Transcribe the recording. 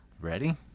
Ready